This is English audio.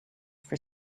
for